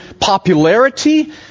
popularity